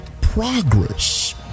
progress